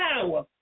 power